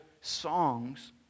songs